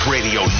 Radio